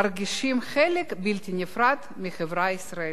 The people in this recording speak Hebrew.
הם כבר מרגישים חלק בלתי נפרד מהחברה הישראלית.